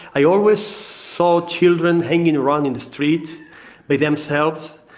i always saw children hanging around in the street by themselves,